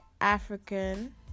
African